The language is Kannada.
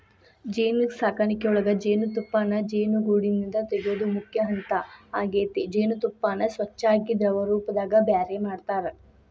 ಜೇನುಸಾಕಣಿಯೊಳಗ ಜೇನುತುಪ್ಪಾನ ಜೇನುಗೂಡಿಂದ ತಗಿಯೋದು ಮುಖ್ಯ ಹಂತ ಆಗೇತಿ ಜೇನತುಪ್ಪಾನ ಸ್ವಚ್ಯಾಗಿ ದ್ರವರೂಪದಾಗ ಬ್ಯಾರೆ ಮಾಡ್ತಾರ